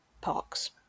parks